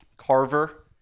Carver